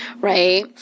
right